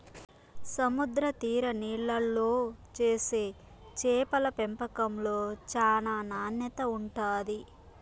సముద్ర తీర నీళ్ళల్లో చేసే చేపల పెంపకంలో చానా నాణ్యత ఉంటాది